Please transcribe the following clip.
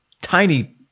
tiny